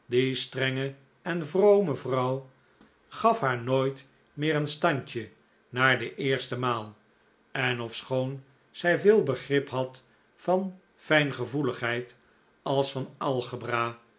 strenge en vrome vrouw gaf haar nooit meer een standje na de eerste maal en ofschoon zij evenveel begrip had van fljngevoeligheid als van algebra